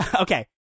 okay